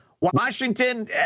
Washington